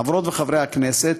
חברות וחברי הכנסת,